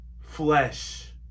flesh